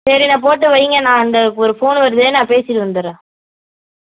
சரின்னா போட்டு வைங்க நான் அந்த ஒரு ஃபோனு வருது நான் பேசிவிட்டு வந்துடுறேன்